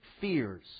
fears